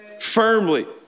firmly